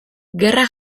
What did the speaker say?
gerra